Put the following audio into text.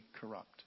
corrupt